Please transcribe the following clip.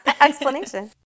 explanation